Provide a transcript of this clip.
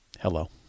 Hello